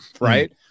right